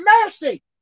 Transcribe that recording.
mercy